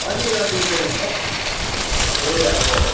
अलिअलि चाहिँ छ त्यही अब